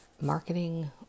marketing